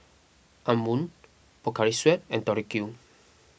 Anmum Pocari Sweat and Tori Q